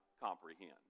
comprehend